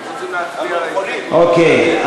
אוקיי.